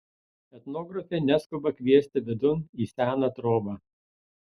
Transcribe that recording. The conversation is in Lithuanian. etnografė neskuba kviesti vidun į seną trobą